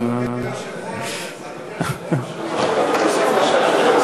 אדוני היושב-ראש, תוסיף את השם שלי.